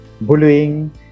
bullying